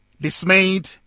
dismayed